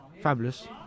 Fabulous